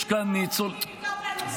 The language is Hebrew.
נכון.